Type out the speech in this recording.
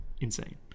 insane